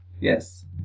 Yes